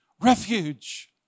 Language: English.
Refuge